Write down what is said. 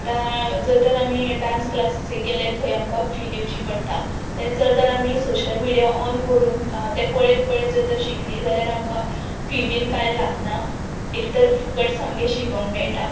आतां जर तर आमी डांस क्लासिसेक गेले थंय आमकां फी दिवची पडटा ते जर तर आमी सोशल मिडिया ऑन करून तें पळेत पळेत जर तर आमी शिकलीं जाल्यार आमकां फी बीन कांय लागना एक तर फुकट सामकें शिकोंक मेळटा